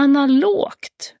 Analogt